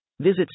Visit